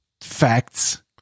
facts